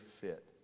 fit